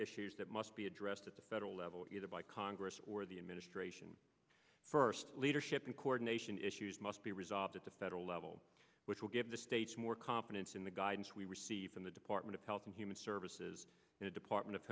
issues that must be addressed at the federal level either by congress or the administration first leadership in coordination issues must be resolved at the federal level which will give the states more confidence in the guidance we receive from the department of health and human services the department of